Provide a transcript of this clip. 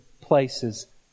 places